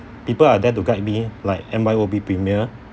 people are there to guide me like M_Y_O_B premier